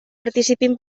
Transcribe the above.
participin